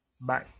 Bye